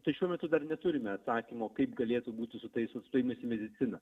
tai šiuo metu dar neturime atsakymo kaip galėtų būti su tais sustojimais į mediciną